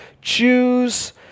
Choose